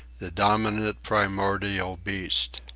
the dominant primordial beast